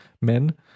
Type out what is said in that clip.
men